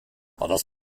das